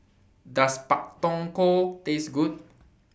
Does Pak Thong Ko Taste Good